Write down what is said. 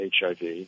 HIV